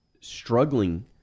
struggling